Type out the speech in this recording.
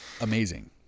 Amazing